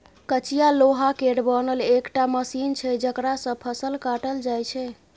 कचिया लोहा केर बनल एकटा मशीन छै जकरा सँ फसल काटल जाइ छै